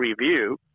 review